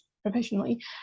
professionally